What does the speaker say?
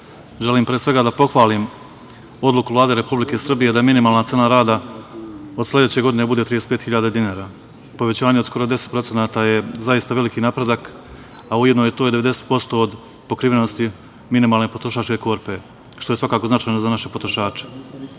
želim pre svega da pohvalim odluku Vlade Republike Srbije da minimalna cena rada od sledeće godine bude 35.000 dinara. Povećanje od skoro 10% je zaista veliki napredak, a ujedno je to i 90% od pokrivenosti minimalne potrošačke korpe što je značajno za naše potrošače.